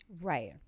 right